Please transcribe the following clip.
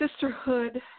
sisterhood